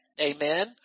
Amen